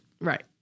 Right